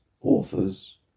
authors